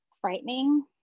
frightening